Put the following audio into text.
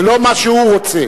זה לא מה שהוא רוצה,